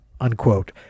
unquote